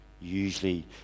Usually